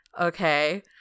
okay